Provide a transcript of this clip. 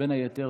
בין היתר.